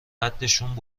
قدشون